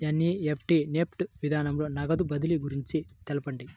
NEFT NEFT విధానంలో నగదు బదిలీ గురించి తెలుపండి?